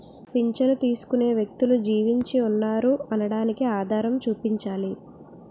పింఛను తీసుకునే వ్యక్తులు జీవించి ఉన్నారు అనడానికి ఆధారం చూపించాలి